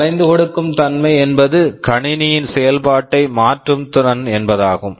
வளைந்து கொடுக்கும் தன்மை என்பது கணினியின் செயல்பாட்டை மாற்றும் திறன் என்பதாகும்